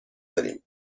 داریم